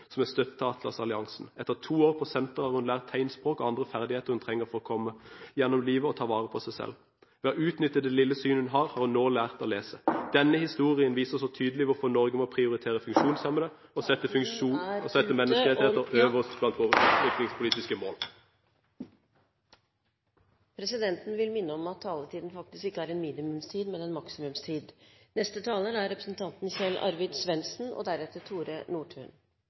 som er støttet av Atlas-alliansen. Etter to år på senteret har hun lært tegnspråk og andre ferdigheter hun trenger for å komme gjennom livet og ta vare på seg selv. Ved å utnytte det lille synet hun har, har hun nå lært å lese. Denne historien viser så tydelig hvorfor Norge må prioritere funksjonshemmede og sette menneskerettigheter øverst blant våre utviklingspolitiske mål Presidenten vil minne om at taletiden faktisk ikke er en minimumstid, men en maksimumstid. De funksjonshemmede i utviklingsland er